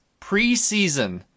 preseason